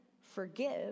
Forgive